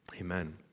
amen